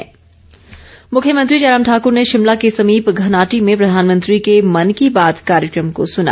मुख्यमंत्री मुख्यमंत्री जयराम ठाकृर ने शिमला के समीप घनाहट्टी में प्रधानमंत्री के मन की बात कार्यक्रम को सुना